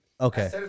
Okay